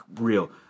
real